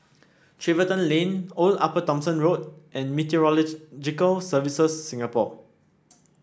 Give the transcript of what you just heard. Tiverton Lane Old Upper Thomson Road and Services Singapore